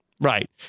right